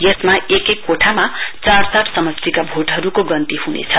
यसमा एक एक कोठामा चार चार समस्टिका भोटहरुको गन्ती हुनेछ